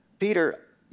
Peter